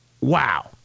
wow